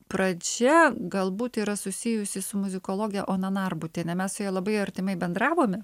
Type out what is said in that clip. pradžia galbūt yra susijusi su muzikologe ona narbutiene mes su ja labai artimai bendravome